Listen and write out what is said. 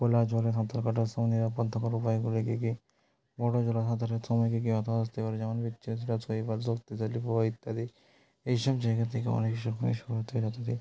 খোলা জলে সাঁতার কাটার সঙ্গে থাকার উপায়গুলি কী কী বড়ো জলাশয় সাঁতারের সময় কী কী বাধা আসতে পারে যেমন পিচ্ছিল শিলা শৈবাল শক্তিশালী প্রবাহ ইত্যাদি এইসব জায়গা থেকে অনেক রকমের সমস্যা হতে পারে